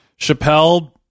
chappelle